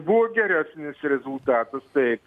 buvo geresnis rezultatas taip